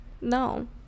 no